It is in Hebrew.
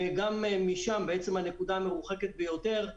גם משם, הנקודה המרוחקת ביותר,